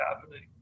happening